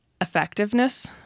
effectiveness